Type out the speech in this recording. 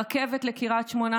הרכבת לקריית שמונה,